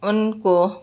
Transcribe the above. ان کو